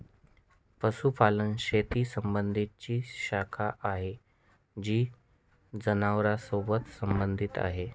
पशुपालन शेती संबंधी ती शाखा आहे जी जनावरांसोबत संबंधित आहे